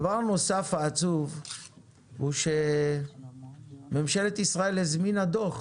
דבר נוסף עצוב הוא שממשלת ישראל הזמינה דוח